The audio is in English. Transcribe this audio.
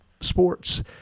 sports